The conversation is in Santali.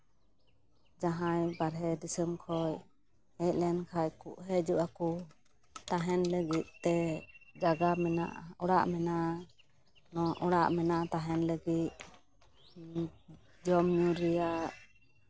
ᱡᱟᱦᱟᱸᱭ ᱵᱟᱦᱚᱨᱮ ᱫᱤᱥᱚᱢ ᱠᱷᱚᱡ ᱦᱮᱡ ᱞᱮᱱᱠᱷᱟᱡ ᱦᱤᱡᱩᱜ ᱟᱠᱚ ᱛᱟᱦᱮᱱ ᱞᱟᱹᱜᱤᱫ ᱛᱮ ᱡᱟᱭᱜᱟ ᱢᱮᱱᱟᱜᱼᱟ ᱚᱲᱟᱜ ᱢᱮᱱᱟᱜᱼᱟ ᱚᱲᱟᱜ ᱢᱮᱱᱟᱜᱼᱟ ᱛᱟᱦᱮᱱ ᱞᱟᱹᱜᱤᱫ ᱡᱚᱢ ᱧᱩ ᱨᱮᱭᱟᱜ